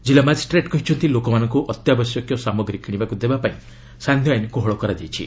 ଜିଲ୍ଲା ମାଜିଷ୍ଟ୍ରେଟ୍ କହିଛନ୍ତି ଲୋକମାନଙ୍କୁ ଅତ୍ୟାବଶ୍ୟକ ସାମଗ୍ରୀ କିଣିବାକୁ ଦେବା ପାଇଁ ସାନ୍ଧ୍ୟ ଆଇନ୍ କୋହଳ କରାଯାଇଛି